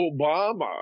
Obama